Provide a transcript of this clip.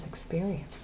experience